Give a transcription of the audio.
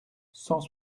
cent